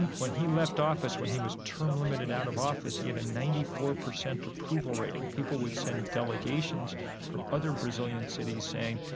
when he left office when he was term-limited out of office, he had and a ninety four percent approval rating. people would send delegations from other brazilian cities saying,